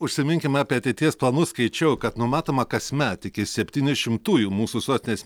užsiminkime apie ateities planus skaičiau kad numatoma kasmet iki septyni šimtųjų mūsų sostinės